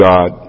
God